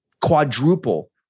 quadruple